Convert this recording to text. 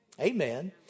Amen